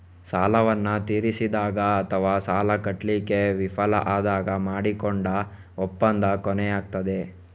ಸಾಲವನ್ನ ತೀರಿಸಿದಾಗ ಅಥವಾ ಸಾಲ ಕಟ್ಲಿಕ್ಕೆ ವಿಫಲ ಆದಾಗ ಮಾಡಿಕೊಂಡ ಒಪ್ಪಂದ ಕೊನೆಯಾಗ್ತದೆ